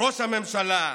ראש הממשלה,